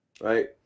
right